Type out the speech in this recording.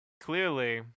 clearly